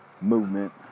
movement